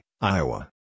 Iowa